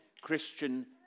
Christian